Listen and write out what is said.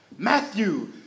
Matthew